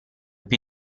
più